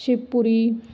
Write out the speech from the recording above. Shivpuri